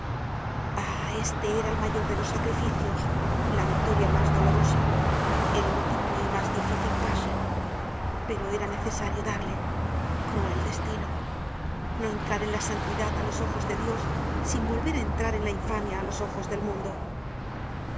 este era el mayor de los sacrificios la victoria mas dolorosa el último y mas difícil paso pero era necesario darle cruel destino no entrar en la santidad á los ojos de dios sin volver á entrar en la infamia á los ojos del mundo